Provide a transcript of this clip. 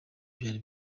byari